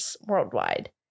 worldwide